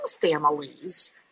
families